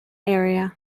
area